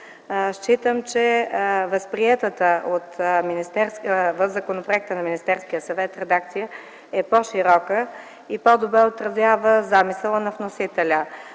считам, че възприетата в законопроекта на Министерския съвет редакция е по-широка и по-добре отразява замисъла на вносителя.